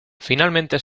finalmente